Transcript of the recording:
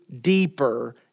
deeper